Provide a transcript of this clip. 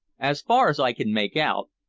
as far as i can make out,